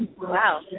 Wow